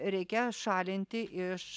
reikia šalinti iš